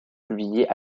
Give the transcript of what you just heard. publiées